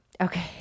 Okay